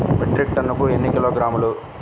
Metric టన్నుకు ఎన్ని కిలోగ్రాములు?